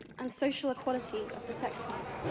and social equality of the sexes.